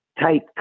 type